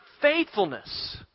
faithfulness